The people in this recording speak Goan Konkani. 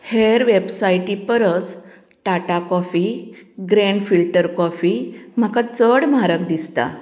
हेर वेबसायटी परस Tata coffee grand filter coffee म्हाका चड म्हारग दिसता